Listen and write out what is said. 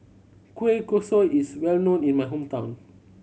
kueh kosui is well known in my hometown